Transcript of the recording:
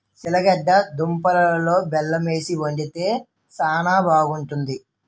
సిలగడ దుంపలలో బెల్లమేసి వండితే శానా బాగుంటాది